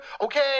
okay